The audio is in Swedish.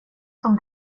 som